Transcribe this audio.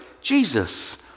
Jesus